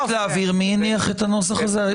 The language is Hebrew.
מי הניח את הנוסח הזה?